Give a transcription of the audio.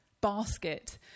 basket